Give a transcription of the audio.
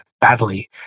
badly